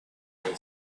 boy